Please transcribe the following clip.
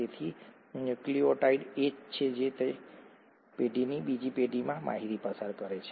તેથી ન્યુક્લિઓટાઇડ એ જ છે અને તે જ તે છે જે એક પેઢીથી બીજી પેઢીમાં માહિતી પસાર કરે છે